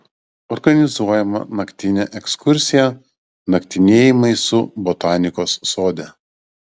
organizuojama naktinė ekskursija naktinėjimai su botanikos sode